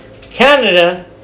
Canada